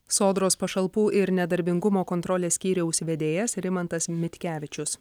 sodros pašalpų ir nedarbingumo kontrolės skyriaus vedėjas rimantas mitkevičius